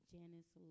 Janice